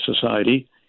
society